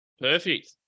Perfect